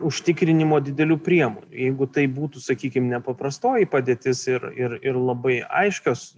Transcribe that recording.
užtikrinimo didelių priemonių jeigu tai būtų sakykim nepaprastoji padėtis ir ir ir labai aiškios